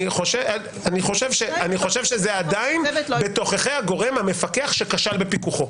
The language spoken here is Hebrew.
זה עדיין בתוככי הגורם המפקח שכשל בפיקוחו,